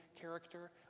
character